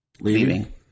leaving